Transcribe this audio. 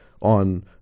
on